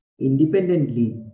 independently